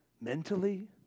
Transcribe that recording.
mentally